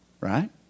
Right